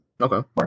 Okay